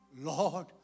Lord